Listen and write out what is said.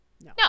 No